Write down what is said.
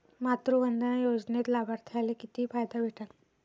मातृवंदना योजनेत लाभार्थ्याले किती फायदा भेटन?